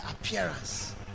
appearance